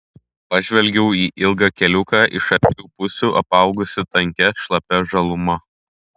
pažvelgiau į ilgą keliuką iš abiejų pusių apaugusį tankia šlapia žaluma